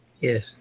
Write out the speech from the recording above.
Yes